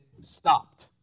stopped